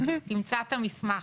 תמצא את המסמך.